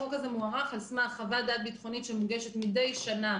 החוק הזה מוארך על סמך חוות דעת ביטחונית שמוגשת מדי שנה